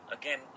Again